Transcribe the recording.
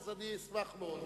אני אשמח מאוד.